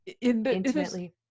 intimately